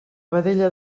vedella